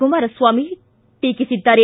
ಕುಮಾರಸ್ವಾಮಿ ಟೀಕಿಸಿದ್ದಾರೆ